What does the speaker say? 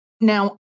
Now